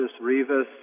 Rivas